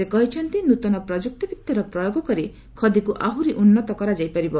ସେ କହିଛନ୍ତି ନୂତନ ପ୍ରଯୁକ୍ତିବିଦ୍ୟାର ପ୍ରୟୋଗ କରି ଖଦୀକୁ ଆହ୍ରରି ଉନ୍ନତ କରାଯାଇପାରିବ